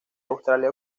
australia